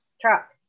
truck